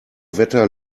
wetter